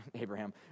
Abraham